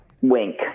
Wink